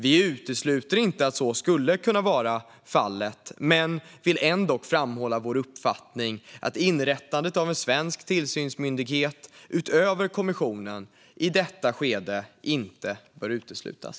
Vi utesluter inte att så skulle kunna vara fallet men vill ändock framhålla vår uppfattning att inrättandet av en svensk tillsynsmyndighet, utöver kommissionens, i detta skede inte bör uteslutas.